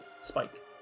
Spike